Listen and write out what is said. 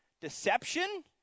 Deception